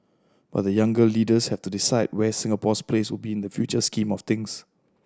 but the younger leaders have to decide where Singapore's place will be in this future scheme of things